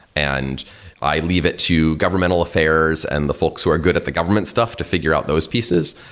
and i leave it to governmental affairs and the folks who are good at the government stuff to figure out those pieces.